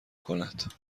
کند